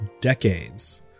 decades